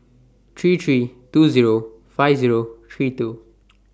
three three two Zero five Zero three two